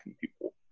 people